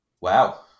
Wow